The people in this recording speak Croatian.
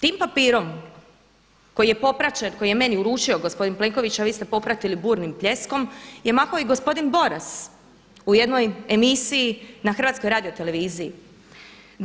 Tim papirom koji je popraćen, koji je meni uručio gospodin Plenković, a vi ste popratili burnim pljeskom je mahao i gospodin Boras u jednoj emisiji na HRT-u.